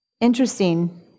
interesting